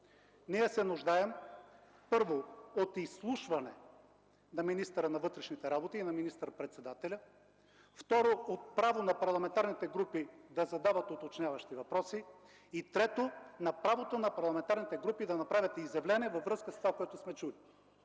Ние се нуждаем, първо, от изслушване на министъра на вътрешните работи и на министър-председателя, второ – от правото на парламентарните групи да задават уточняващи въпроси, и трето – от правото на парламентарните групи да направят изявление във връзка с това, което сме чули.